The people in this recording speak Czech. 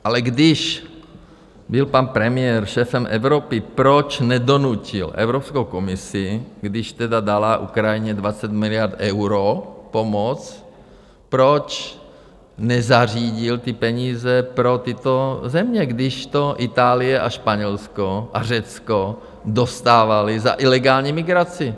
Ale když byl pan premiér šéfem Evropy, proč nedonutil Evropskou komisi, když tedy dala Ukrajině 20 miliard eur pomoc, proč nezařídil ty peníze pro tyto země, když to Itálie a Španělsko a Řecko dostávaly za ilegální migraci?